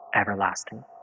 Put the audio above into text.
Everlasting